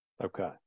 Okay